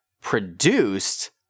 Produced